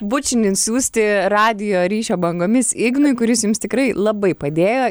bučinį siųsti radijo ryšio bangomis ignui kuris jums tikrai labai padėjo